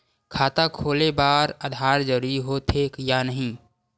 खाता खोले बार आधार जरूरी हो थे या नहीं?